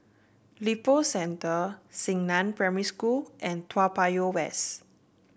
Lippo Center Xingnan Primary School and Toa Payoh West